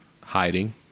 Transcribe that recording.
hiding